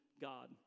God